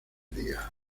día